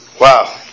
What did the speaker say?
Wow